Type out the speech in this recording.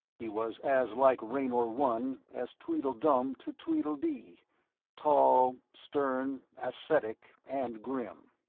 he was as like raynor one as tweedledum to tweedledee tall, stern, ascetic and grim.